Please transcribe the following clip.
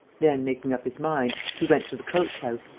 then, making up his mind, he went to the coach-house,